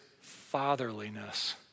fatherliness